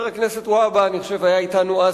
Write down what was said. אני חושב שחבר הכנסת והבה היה אתנו אז